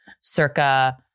circa